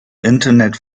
internet